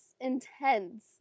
intense